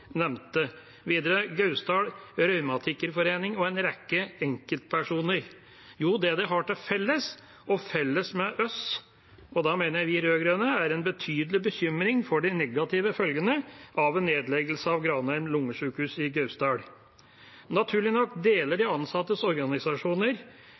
nevnte – og videre Gausdal Revmatikerforening og en rekke enkeltpersoner? Jo, det de har til felles, og felles med oss – og da mener jeg vi rød-grønne – er en betydelig bekymring for de negative følgene av en nedleggelse av Granheim lungesykehus i Gausdal. Naturlig nok deler